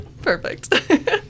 Perfect